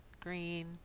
green